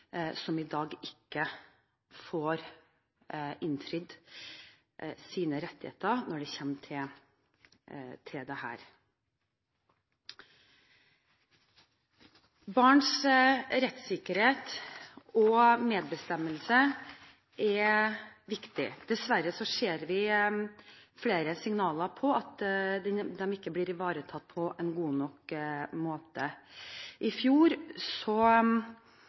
som i dag ikke får innfridd sine rettigheter når det kommer til dette. Barns rettssikkerhet og medbestemmelse er viktig. Dessverre ser vi flere signaler på at de ikke blir ivaretatt på en god nok måte. I fjor